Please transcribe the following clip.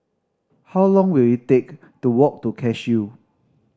how long will it take to walk to Cashew